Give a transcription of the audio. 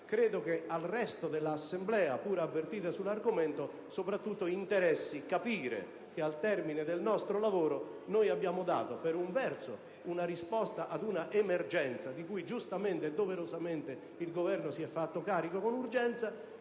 - al resto dell'Assemblea, pur avvertita sull'argomento, interessi soprattutto capire che al termine del nostro lavoro abbiamo dato, per un verso, una risposta ad un'emergenza di cui giustamente e doverosamente il Governo si è fatto carico con urgenza,